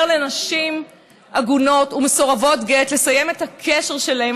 לנשים עגונות ומסורבות גט לסיים את הקשר שלהן,